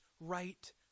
right